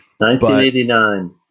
1989